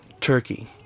Turkey